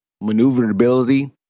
maneuverability